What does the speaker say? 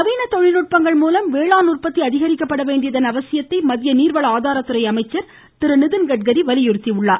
நவீன தொழில்நுட்பங்கள் மூலம் வேளாண் உற்பத்தி அதிகரிக்கப்பட வேண்டியதன் அவசியத்தை மத்திய நீங்ள வலியுறுத்தியுள்ளார்